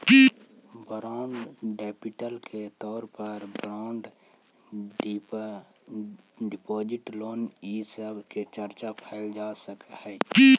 borrowed capital के तौर पर बॉन्ड डिपाजिट लोन इ सब के चर्चा कैल जा सकऽ हई